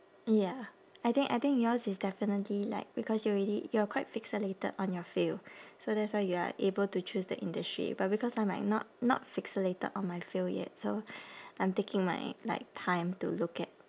ya I think I think yours is definitely like because you already you are quite fixated on your field so that's why you are able to choose the industry but because I might not not fixated on my field yet so I'm taking my like time to look at